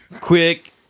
quick